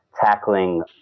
tackling